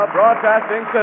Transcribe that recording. Broadcasting